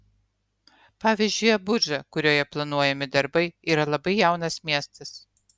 pavyzdžiui abudža kurioje planuojami darbai yra labai jaunas miestas